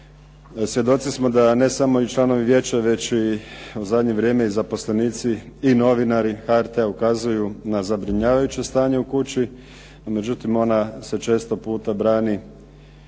svjedoci smo da ne samo i članovi vijeća već i u zadnje vrijeme zaposlenici i novinari HRT-a ukazuju na zabrinjavajuće stanje u kući, no međutim ona se često puta brani